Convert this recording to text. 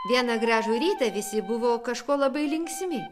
vieną gražų rytą visi buvo kažko labai linksmi